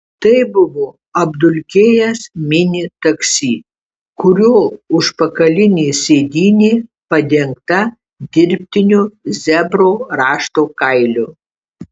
tai buvo apdulkėjęs mini taksi kurio užpakalinė sėdynė padengta dirbtiniu zebro rašto kailiu